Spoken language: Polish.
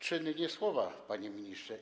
Czyny, nie słowa, panie ministrze.